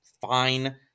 fine